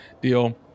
deal